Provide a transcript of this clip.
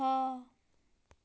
اَہا